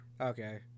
Okay